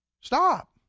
Stop